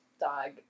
dog